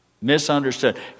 misunderstood